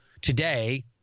today